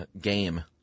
game